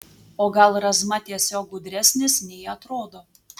o gal razma tiesiog gudresnis nei atrodo